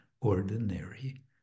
ordinary